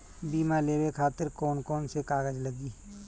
बीमा लेवे खातिर कौन कौन से कागज लगी?